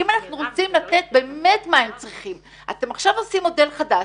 אם אנחנו רוצים לתת באמת את מה שהם צריכים אתם עכשיו עושים מודל חדש,